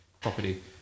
property